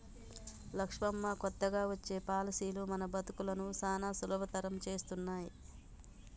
లక్ష్మమ్మ కొత్తగా వచ్చే పాలసీలు మన బతుకులను సానా సులభతరం చేస్తున్నాయి